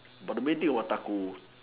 but the main thing about taco